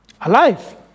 Alive